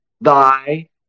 thy